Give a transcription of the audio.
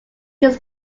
his